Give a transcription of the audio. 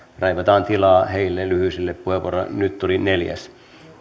raivataan tilaa heille lyhyille puheenvuoroille nyt tuli neljäs